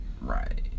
Right